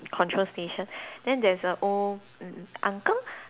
control station then there's a old n~ uncle